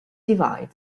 divide